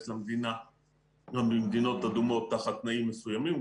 למדינה גם ממדינות אדומות תחת תנאים מסוימים.